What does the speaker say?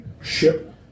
ship